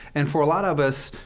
and for a lot of us,